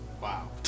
wow